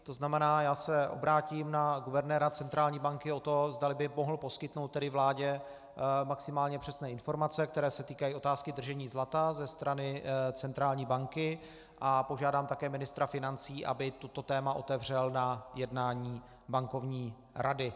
To znamená, já se obrátím na guvernéra centrální banky, zda by mohl poskytnout vládě maximálně přesné informace, které se týkají otázky držení zlata ze strany centrální banky, a požádám také ministra financí, aby toto téma otevřel na jednání Bankovní rady.